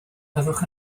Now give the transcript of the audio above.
fyddwch